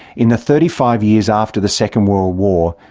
in the thirty-five years after the second world war,